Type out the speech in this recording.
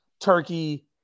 Turkey